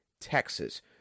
Texas